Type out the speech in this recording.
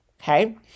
okay